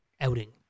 Outing